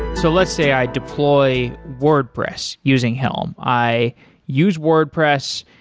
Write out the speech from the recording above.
so let's say i deploy wordpress using helm. i use wordpress.